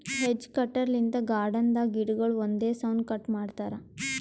hedge cutter ಲಿಂತ್ garden ದಾಗ್ ಗಿಡಗೊಳ್ ಒಂದೇ ಸೌನ್ ಕಟ್ ಮಾಡ್ತಾರಾ